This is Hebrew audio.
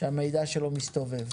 שהמידע שלו מסתובב.